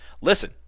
Listen